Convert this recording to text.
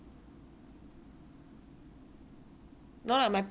no lah my parents are paying lah so now nothing comes from my pocket lah